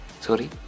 Sorry